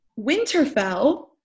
Winterfell